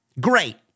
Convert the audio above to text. Great